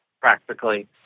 Practically